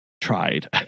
tried